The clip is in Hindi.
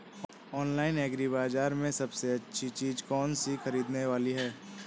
ऑनलाइन एग्री बाजार में सबसे अच्छी चीज कौन सी ख़रीदने वाली है?